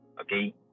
Okay